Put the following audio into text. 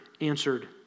answered